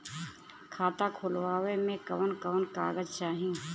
खाता खोलवावे में कवन कवन कागज चाही?